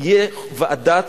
שתהיה ועדת